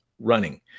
running